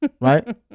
Right